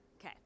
Okay